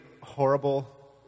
horrible